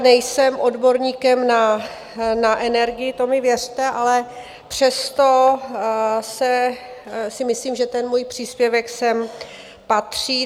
Nejsem odborníkem na energie, to mi věřte, ale přesto si myslím, že ten můj příspěvek sem patří.